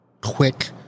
quick